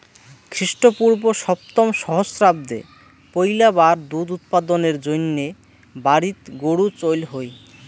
খ্রীষ্টপূর্ব সপ্তম সহস্রাব্দে পৈলাবার দুধ উৎপাদনের জইন্যে বাড়িত গরু চইল হই